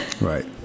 right